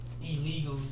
illegal